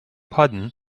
pardon